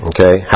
Okay